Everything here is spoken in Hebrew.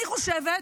אני חושבת שבד'